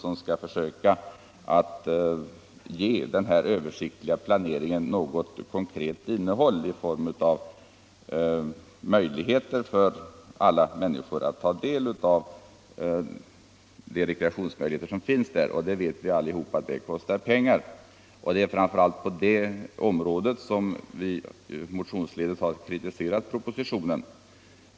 Om den översiktliga planeringen skall få ett konkret innehåll i fråga om tillfälle för alla människor att ta del av de rekreationsmöjligheter som finns kostar det pengar. Det är framför allt på det området som vi i motionen har kritiserat propositionen.